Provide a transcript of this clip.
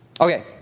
Okay